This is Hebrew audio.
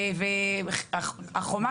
והחומה,